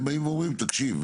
הם באים ואומרים תקשיב,